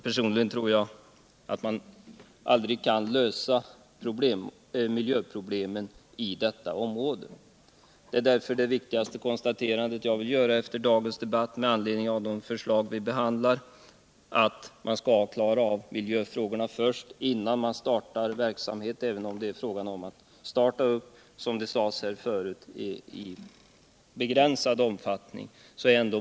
Personligen tror jag att man aldrig kan lösa miljöproblemen i detta område. Det viktigaste konstaterandet jag vill göra efter dagens debatt med anledning av det förslag som vi behandlar är därför att man skall klara av miljöfrågorna först. innan man startar en sådan här verksamhet, även om det är fråga om — som det sades här förut — att starta i begränsad omfattning.